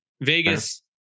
Vegas